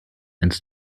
ins